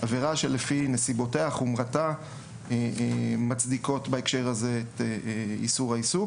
היא שעבירה שלפי נסיבותיה וחומרתה מצדיקות את איסור העיסוק.